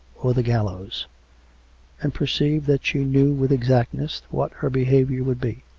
or the gallows and per ceived that she knew with exactness what her behaviour would be